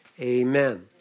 Amen